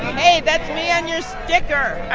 hey, that's me on your sticker. i'm